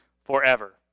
forever